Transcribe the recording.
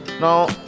Now